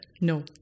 No